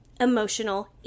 emotional